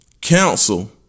Council